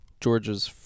Georgia's